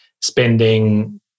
spending